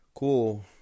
Cool